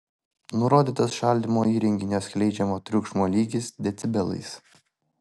nurodytas šaldymo įrenginio skleidžiamo triukšmo lygis decibelais